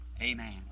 amen